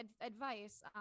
advice